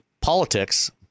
politics